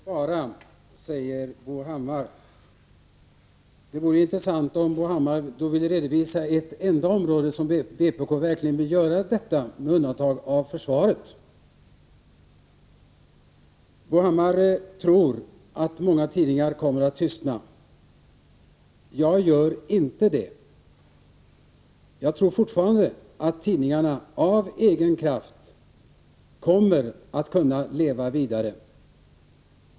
Herr talman! Vpk vill spara, säger Bo Hammar. Det vore intressant om Bo Hammar kunde redovisa ett enda område där vpk verkligen vill göra det, med undantag av försvaret. Bo Hammar tror att många tidningar kommer att tystna. Jag gör inte det. Jag tror fortfarande att tidningarna av egen kraft kommer att kunna leva vidare.